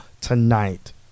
tonight